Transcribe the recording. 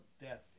death